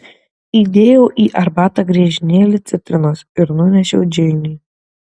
įdėjau į arbatą griežinėlį citrinos ir nunešiau džeinei